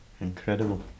incredible